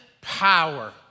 power